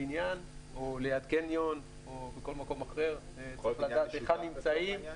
בבניין או ליד קניון או בכל מקום אחר צריך לדעת היכן נמצאים.